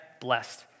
blessed